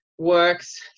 works